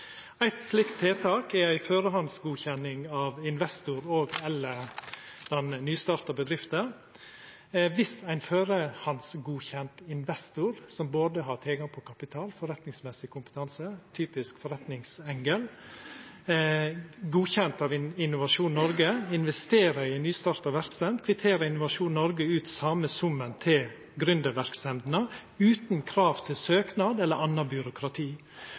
Eitt slikt tiltak er ei førehandsgodkjenning av investorar og/eller nystarta bedrifter. Viss ein førehandsgodkjend investor, som både har tilgang på kapital og forretningsmessig kompetanse godkjend av Innovasjon Noreg, investerer i ei nystarta verksemd, kvitterer Innovasjon Noreg ut den same summen til gründerverksemdene utan krav til søknad eller anna byråkrati.